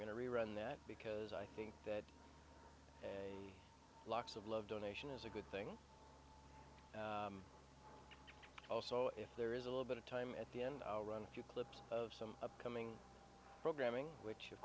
going to rerun that because i think that locks of love donation is a good thing also if there is a little bit of time at the end of our run a few clips of some upcoming programming which of